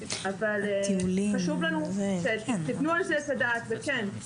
אבל חשוב לנו שתתנו על זה את הדעת וכן,